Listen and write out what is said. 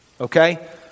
okay